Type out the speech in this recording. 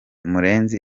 murenzi